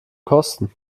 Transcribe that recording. kosten